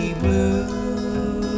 blue